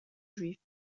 juifs